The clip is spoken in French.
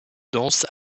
dance